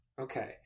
okay